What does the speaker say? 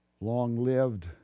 long-lived